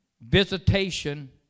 visitation